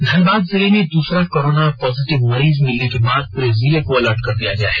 धनबाद जिले में दूसरा कोरोना पॉजिटिव मिलने के बाद पूरे जिले को अलर्ट कर दिया गया है